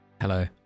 Hello